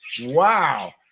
wow